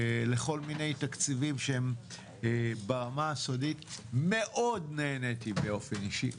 לכל מיני תקציבים שהם ברמה הסודית - מאוד נהניתי באופן אישי.